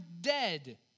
dead